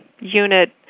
unit